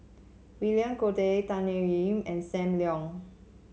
William Goode Tan Thoon Lip and Sam Leong